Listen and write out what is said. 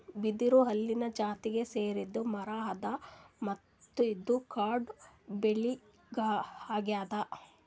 ಬಿದಿರು ಹುಲ್ಲಿನ್ ಜಾತಿಗ್ ಸೇರಿದ್ ಮರಾ ಅದಾ ಮತ್ತ್ ಇದು ಕಾಡ್ ಬೆಳಿ ಅಗ್ಯಾದ್